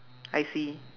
I see